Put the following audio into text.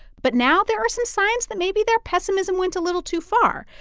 but now there are some signs that maybe their pessimism went a little too far.